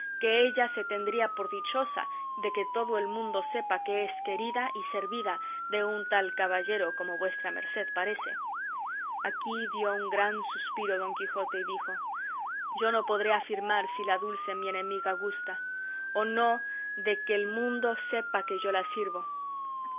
que ella se tendría por dichosa de que todo el mundo sepa que es querida y servida de un tal caballero como vuestra merced parece aquí dio un gran suspiro don quijote y dijo yo no podré afirmar si la dulce mi enemiga gusta o no de que el mundo sepa que yo la sirvo